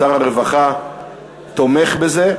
שר הרווחה תומך בזה.